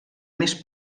més